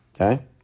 Okay